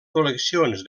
col·leccions